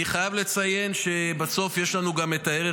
אני חייב לציין שבסוף יש לנו גם את הערך